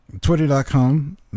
twitter.com